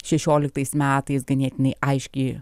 šešioliktais metais ganėtinai aiškiai